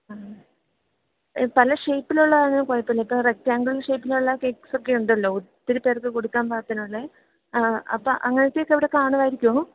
ഈ പല ഷേപ്പിലുള്ള ആണെങ്കിൽ കുഴപ്പമില്ല ഇപ്പം റെക്റ്റാങ്കിള് ഷേപ്പിലുള്ള കേക്ക്സ് ഒക്കെ ഉണ്ടല്ലോ ഒത്തിരി പേര്ക്ക് കൊടുക്കാന് പാകത്തിനുള്ള അപ്പം അങ്ങനെത്തെയെക്കെ അവിടെ കാണുവായിരിക്കുമോ